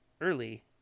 early